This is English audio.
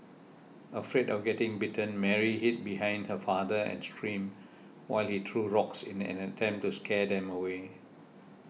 afraid of getting bitten Mary hid behind her father and screamed while he threw rocks in an attempt to scare them away